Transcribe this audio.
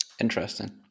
Interesting